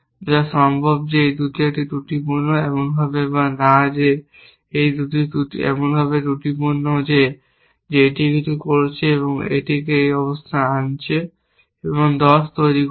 যা সম্ভব যে এই দুটি একটি ত্রুটিপূর্ণ এমনভাবে বা না যে এই দুটি এমনভাবে ত্রুটিযুক্ত যে এটি কিছু করছে এবং এটি এটিকে পূর্বাবস্থায় আনছে এবং 10 তৈরি করছে